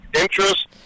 interest